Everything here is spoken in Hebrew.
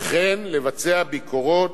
וכן לבצע ביקורות,